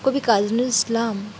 কবি কাজী নজরুল ইসলাম